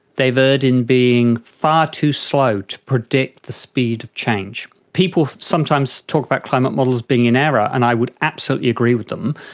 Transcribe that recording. they've erred in being far too slow to predict the speed of change. people sometimes talk about climate models being in error, and i would absolutely agree with them.